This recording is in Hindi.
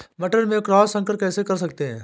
मटर में क्रॉस संकर कैसे कर सकते हैं?